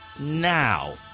now